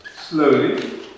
slowly